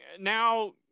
now